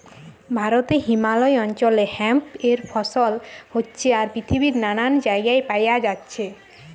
ভারতে হিমালয় অঞ্চলে হেম্প এর ফসল হচ্ছে আর পৃথিবীর নানান জাগায় পায়া যাচ্ছে